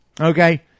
Okay